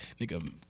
nigga